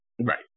Right